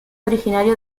originario